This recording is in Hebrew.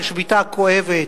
של שביתה כואבת,